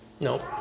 No